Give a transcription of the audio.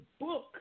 book